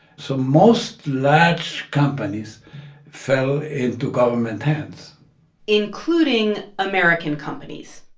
so most large companies fell into government hands including american companies.